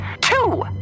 Two